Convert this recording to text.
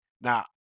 Now